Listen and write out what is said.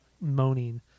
moaning